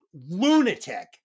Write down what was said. lunatic